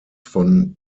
von